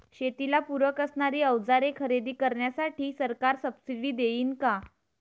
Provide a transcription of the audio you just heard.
शेतीला पूरक असणारी अवजारे खरेदी करण्यासाठी सरकार सब्सिडी देईन का?